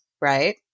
right